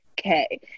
Okay